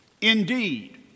Indeed